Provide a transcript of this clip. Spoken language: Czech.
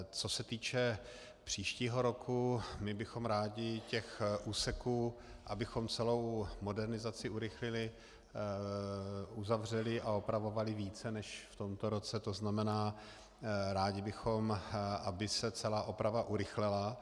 Co se týče příštího roku, my bychom rádi těch úseků, abychom celou modernizaci urychlili, uzavřeli a opravovali více než v tomto roce, to znamená, rádi bychom, aby se celá oprava urychlila.